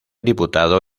diputado